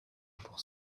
pour